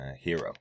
Hero